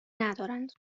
ندارند